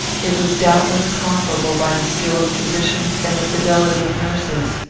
it was doubtless conquerable by the skill of physicians and the fidelity of nurses.